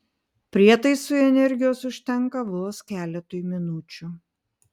prietaisui energijos užtenka vos keletui minučių